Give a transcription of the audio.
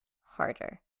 harder